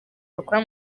bakora